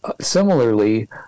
similarly